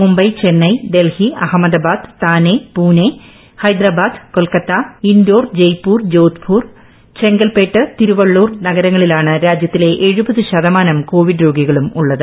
മുംബൈ ചെന്നൈ ഡൽഹി അഹമ്മദാബാദ് താനെ പൂനെ ഹൈദ്രബാദ് കൊൽക്കത്ത ഇൻഡോർ ജയ്പൂർ ജോധ്പൂർ ചെങ്കൽപേട്ട് തിരുവള്ളൂർ നഗരങ്ങളിലാണ് രാജ്യത്തിലെ രോഗികളുമുള്ളത്